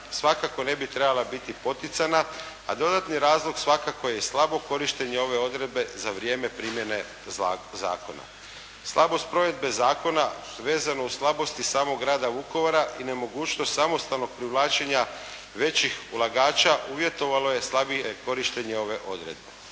svakako ne bi trebala biti poticana, a dodatni razlog svakako je slabo korištenje ove odredbe za vrijeme primjene zakona. Slabost provedbe zakona, vezano uz slabosti samog Grada Vukovara i nemogućnosti samostalnog privlačenja većih ulagača, uvjetovalo je slabije korištenje ove odredbe.